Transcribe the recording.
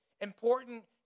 important